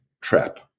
trap